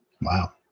Wow